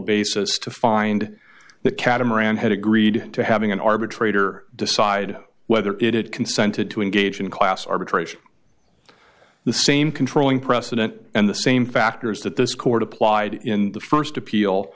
basis to find that catamaran had agreed to having an arbitrator decide whether it consented to engage in class arbitration the same controlling precedent and the same factors that this court applied in the st appeal